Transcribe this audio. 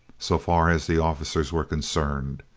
so far as the officers were concerned.